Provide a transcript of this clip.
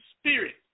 spirit